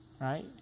right